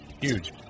huge